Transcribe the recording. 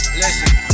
Listen